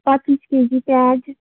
पच्चिस केजी प्याज